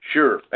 Sure